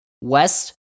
West